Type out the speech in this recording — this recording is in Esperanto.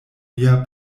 mia